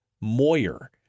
Moyer